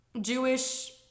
Jewish